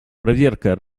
проверка